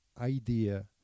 idea